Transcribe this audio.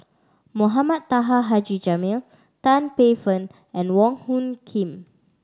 Mohamed Taha Haji Jamil Tan Paey Fern and Wong Hung Khim